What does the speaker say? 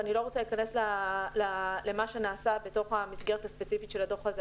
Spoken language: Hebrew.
ואני לא רוצה להיכנס למה שנעשה בתוך המסגרת הספציפית של הדוח הזה.